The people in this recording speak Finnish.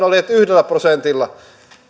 oli että yhdellä prosentilla